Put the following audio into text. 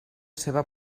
seva